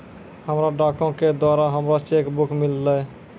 हमरा डाको के द्वारा हमरो चेक बुक मिललै